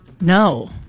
No